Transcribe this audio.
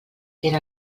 era